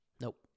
Nope